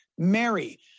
mary